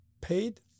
paid